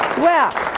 well,